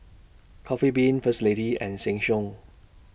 Coffee Bean First Lady and Sheng Siong